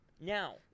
Now